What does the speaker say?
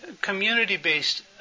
community-based